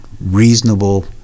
reasonable